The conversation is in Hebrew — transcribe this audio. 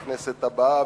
לכנסת הבאה,